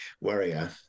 warrior